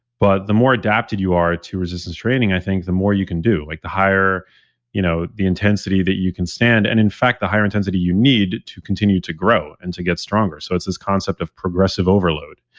but the more adapted you are to resistance training, i think the more you can do, like the higher you know the intensity that you can stand and in fact, the higher intensity you need to continue to grow and to get stronger. so it's this concept of progressive overload.